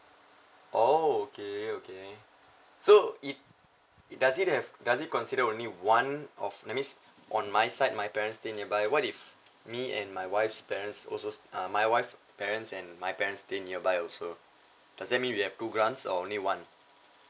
oh okay okay so it it does it have does it consider only one of that means on my side my parents stay nearby what if me and my wife's parents also uh my wife's parents and my parents stay nearby also does that mean we have two grants or only one